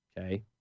Okay